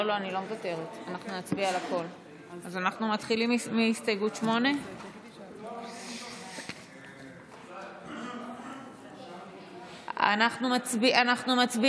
אז אנחנו מתחילים מהסתייגות 8. אנחנו מצביעים,